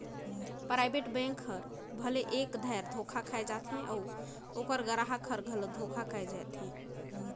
private bank हर भले एक धाएर धोखा खाए जाथे अउ ओकर गराहक हर घलो धोखा खाए जाथे